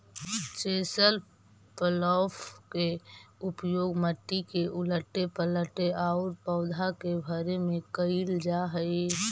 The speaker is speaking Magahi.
चेसल प्लॉफ् के उपयोग मट्टी के उलऽटे पलऽटे औउर पौधा के भरे में कईल जा हई